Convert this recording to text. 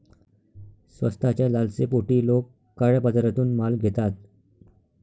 स्वस्ताच्या लालसेपोटी लोक काळ्या बाजारातून माल घेतात